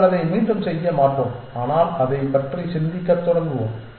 நாங்கள் அதை மீண்டும் செய்ய மாட்டோம் ஆனால் அதைப் பற்றி சிந்திக்கத் தொடங்குவோம்